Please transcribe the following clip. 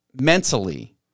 mentally